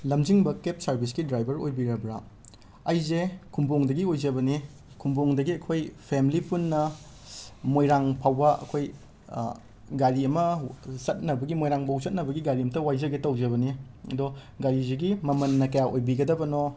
ꯂꯝꯖꯤꯡꯕ ꯀꯦꯞ ꯁꯔꯕꯤꯁꯀꯤ ꯗ꯭ꯔꯥꯏꯕꯔ ꯑꯣꯏꯕꯤꯔꯕ꯭ꯔꯥ ꯑꯩꯁꯦ ꯈꯨꯝꯕꯣꯡꯗꯒꯤ ꯑꯣꯏꯖꯕꯅꯦ ꯈꯨꯝꯕꯣꯡꯗꯒꯤ ꯑꯩꯈꯣꯏ ꯐꯦꯝꯂꯤ ꯄꯨꯟꯅ ꯃꯣꯏꯔꯥꯡ ꯐꯥꯎꯕ ꯑꯩꯈꯣꯏ ꯒꯥꯔꯤ ꯑꯃ ꯋ ꯆꯠꯅꯕꯒꯤ ꯃꯣꯏꯔꯥꯡ ꯐꯧꯕ ꯆꯠꯅꯕꯒꯤ ꯒꯥꯔꯤ ꯑꯃꯇ ꯋꯥꯏꯖꯒꯦ ꯇꯧꯖꯕꯅꯤ ꯑꯗꯣ ꯒꯥꯔꯤꯁꯤꯒꯤ ꯃꯃꯟꯅ ꯀꯌꯥ ꯑꯣꯏꯕꯤꯒꯗꯕꯅꯣ